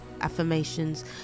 affirmations